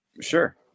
sure